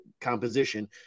composition